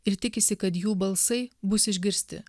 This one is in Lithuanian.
ir tikisi kad jų balsai bus išgirsti